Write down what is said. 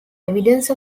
evidence